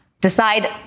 decide